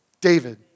David